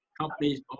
companies